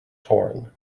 torn